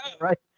Right